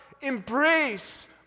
embrace